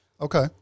okay